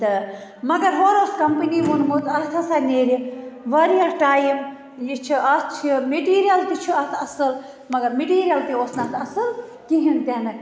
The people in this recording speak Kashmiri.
تہٕ مَگَر ہورٕ اوس کَمپٔنی ووٚنمُت اتھ ہَسا نیرٕ واریاہ ٹایم یہِ چھِ اتھ چھِ میٚٹیٖریل تہِ چھُ اتھ اصٕل مگر میٚٹیٖریل تہِ اوس نہٕ اتھ اصٕل کِہیٖنۍ تہِ نہٕ